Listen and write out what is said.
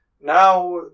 Now